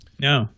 No